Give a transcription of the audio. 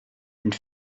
une